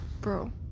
bro